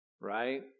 Right